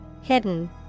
Hidden